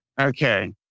Okay